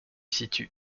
situe